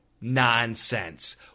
nonsense